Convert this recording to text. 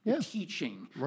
teaching